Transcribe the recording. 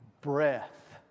breath